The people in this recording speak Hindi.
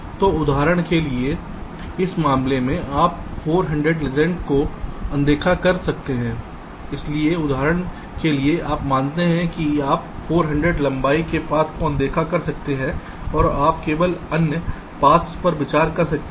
तो उदाहरण के लिए इस मामले में आप 400 लेंग्ट को अनदेखा कर सकते हैं इसलिए उदाहरण के लिए इस मामले में आप 400 लंबाई पथ को अनदेखा कर सकते हैं और आप केवल अन्य रास्तों पर विचार कर सकते हैं